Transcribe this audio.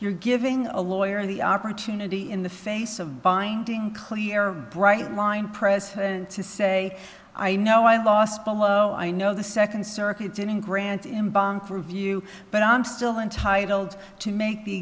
you're giving a lawyer the opportunity in the face of binding clear bright line press to say i know i lost below i know the second circuit didn't grant him by review but i'm still entitled to make the